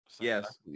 Yes